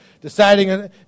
deciding